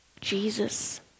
Jesus